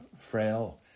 frail